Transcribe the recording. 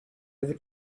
over